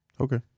Okay